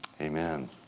Amen